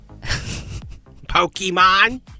Pokemon